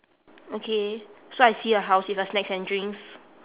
okay so I see a house with a snacks and drinks